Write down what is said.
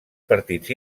partits